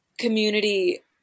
community